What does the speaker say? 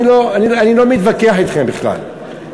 אני לא מתווכח אתכם בכלל,